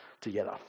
together